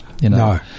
No